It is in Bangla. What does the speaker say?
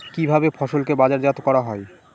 কিভাবে ফসলকে বাজারজাত করা হয়?